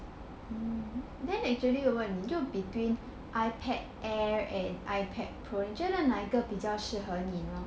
then actually 我问你就 between ipad air and ipad pro ah 你觉得哪一个比较适合你